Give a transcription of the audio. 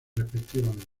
respectivamente